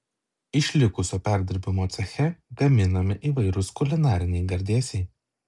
iš likusio perdirbimo ceche gaminami įvairūs kulinariniai gardėsiai